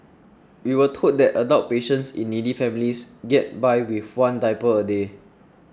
we were told that adult patients in needy families get by with one diaper a day